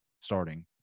starting